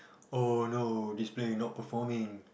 oh no this player not performing